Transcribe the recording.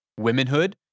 womenhood